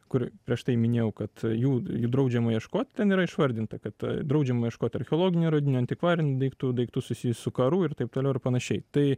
kur prieš tai minėjau kad jų draudžiama ieškot ten yra išvardinta kad draudžiama ieškot archeologinių radinių antikvarinių daiktų daiktų susijusių karu ir taip toliau ir panašiai tai